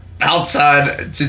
Outside